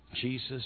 Jesus